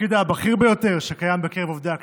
בתפקיד הבכיר ביותר שקיים בקרב עובדי הכנסת,